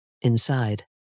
inside